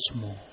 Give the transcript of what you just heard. more